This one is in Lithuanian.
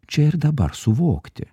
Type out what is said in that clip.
čia ir dabar suvokti